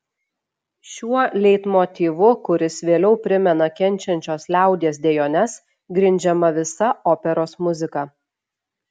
šiuo leitmotyvu kuris vėliau primena kenčiančios liaudies dejones grindžiama visa operos muzika